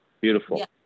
Beautiful